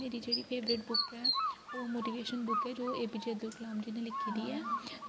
मेरी जेह्ड़ी favourite book ऐ ओह् मोटिवेशन बुक ऐ जो A P J Abdul Kalam ji ने लिखी दी ऐ